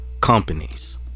Companies